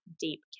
deep